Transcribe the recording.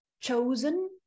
chosen